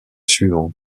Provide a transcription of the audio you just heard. suivant